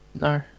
No